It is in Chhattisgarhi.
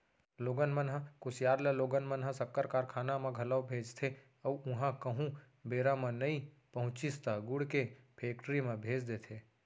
लोगन मन ह कुसियार ल लोगन मन ह सक्कर कारखाना म घलौ भेजथे अउ उहॉं कहूँ बेरा म नइ पहुँचिस त गुड़ के फेक्टरी म भेज देथे